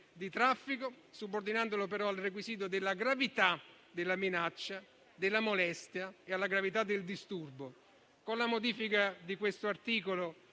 di traffico, subordinandola però al requisito della gravità della minaccia, della molestia e del disturbo. Con la modifica di questo articolo